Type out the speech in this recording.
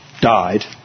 died